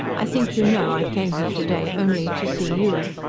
i think you know i came here to-day only to see you.